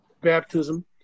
baptism